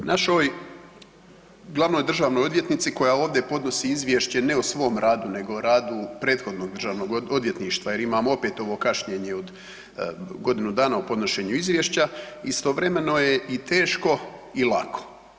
Našoj glavnoj državnoj odvjetnici koja ovdje podnosi izvješće ne o svom radu nego o radu prethodnog državnog odvjetništva jer imamo opet ovo kašnjenje od godinu dana u podnošenju izvješća istovremeno je i teško i lako.